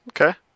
Okay